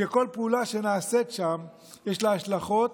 שלכל פעולה שנעשית שם יש השלכות.